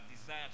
desire